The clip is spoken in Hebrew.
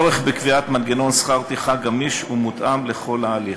צורך בקביעת מנגנון שכר טרחה גמיש ומותאם לכל ההליך.